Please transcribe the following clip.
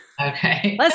Okay